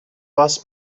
was